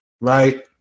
right